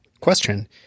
question